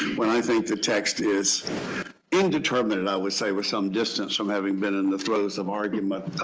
when i think the text is indeterminate, and i would say, with some distance from having been in the throes of argument.